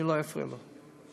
אני לא אפריע לו,